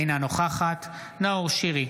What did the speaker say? אינה נוכחת נאור שירי,